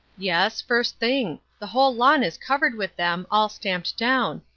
yes, first thing. the whole lawn is covered with them, all stamped down.